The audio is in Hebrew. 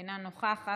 אינה נוכחת,